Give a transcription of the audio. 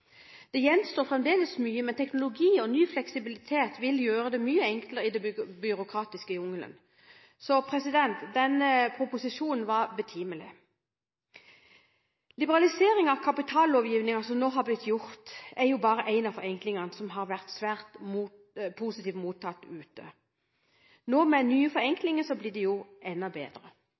Det gjenstår fremdeles mye, men teknologi og ny fleksibilitet vil gjøre det mye enklere i den byråkratiske jungelen. Så denne proposisjonen var betimelig. Liberaliseringen av kapitallovgivningen som nå har blitt gjort, er jo bare en av forenklingene som har vært svært positivt mottatt ute. Nå, med de nye forenklingene, blir det jo enda bedre.